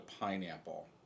pineapple